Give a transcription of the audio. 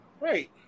Right